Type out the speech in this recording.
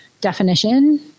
definition